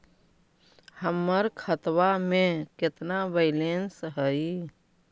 हमर खतबा में केतना बैलेंस हई?